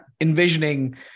envisioning